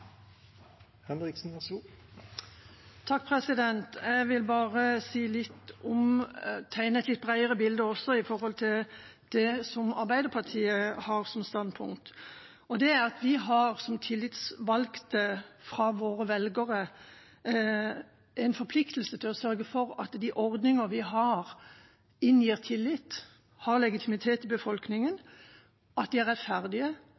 Jeg vil tegne et litt bredere bilde av det som er Arbeiderpartiets standpunkt. Det er at vi som tillitsvalgte fra våre velgere har en forpliktelse til å sørge for at de ordninger vi har, inngir tillit, har legitimitet i befolkningen, at de er rettferdige,